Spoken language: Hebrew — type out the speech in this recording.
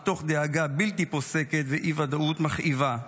מתוך דאגה בלתי פוסקת ואי-ודאות מכאיבה.